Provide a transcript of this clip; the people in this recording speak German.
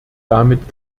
damit